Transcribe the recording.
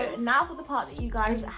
now for the part that you guys ah